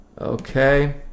Okay